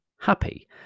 happy